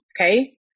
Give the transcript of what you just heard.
okay